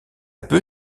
peu